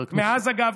מאז, אגב,